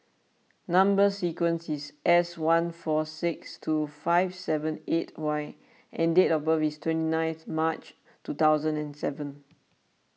Number Sequence is S one four six two five seven eight Y and date of birth is twenty ninth March two thousand and seven